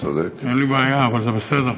אין לי בעיה, אבל זה בסדר.